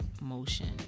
motion